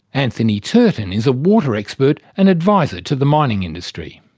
anthony turton is a water expert and advisor to the mining industry.